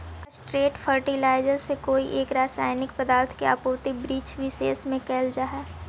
straight fertiliser से कोई एक रसायनिक पदार्थ के आपूर्ति वृक्षविशेष में कैइल जा हई